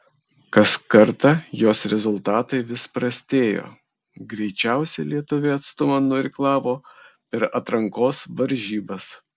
kas kartą jos rezultatai vis prastėjo greičiausiai lietuvė atstumą nuirklavo per atrankos varžybas